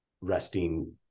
resting